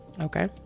Okay